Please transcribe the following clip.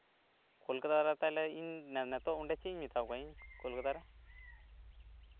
ᱠᱳᱞᱠᱟᱛᱟᱨᱮ ᱛᱟᱦᱞᱮ ᱤᱧ ᱱᱤᱛᱚᱜ ᱚᱰᱮᱸ ᱪᱮᱫ ᱤᱧ ᱢᱮᱛᱟ ᱠᱚᱣᱟ ᱤᱧ ᱠᱳᱞᱠᱟᱛᱟᱨᱮ